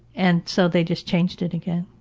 and so they just changed it again.